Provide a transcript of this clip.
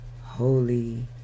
holy